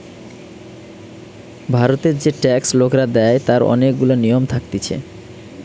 ভারতের যে ট্যাক্স লোকরা দেয় তার অনেক গুলা নিয়ম থাকতিছে